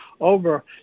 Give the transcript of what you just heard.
over